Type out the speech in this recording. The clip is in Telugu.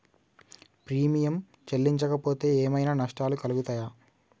ప్రీమియం చెల్లించకపోతే ఏమైనా నష్టాలు కలుగుతయా?